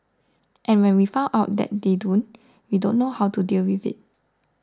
and when we found out that they don't we don't know how to deal with it